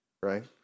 right